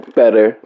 better